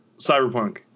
Cyberpunk